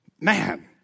Man